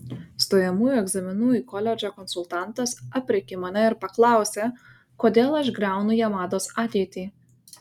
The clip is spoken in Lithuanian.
stojamųjų egzaminų į koledžą konsultantas aprėkė mane ir paklausė kodėl aš griaunu jamados ateitį